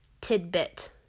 tidbit